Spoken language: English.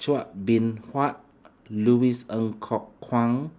Chua Beng Huat Louis Ng Kok Kwang